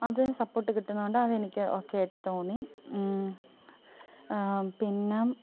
അതിൽ സപ്പോർട്ട് കിട്ടുന്നുണ്ട് അതെനിക്ക് ഓക്കെയായിട്ട് തോന്നി പിന്നെ